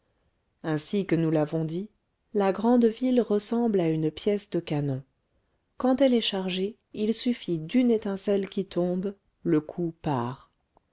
ainsi que nous l'avons dit la grande ville ressemble à une pièce de canon quand elle est chargée il suffit d'une étincelle qui tombe le coup part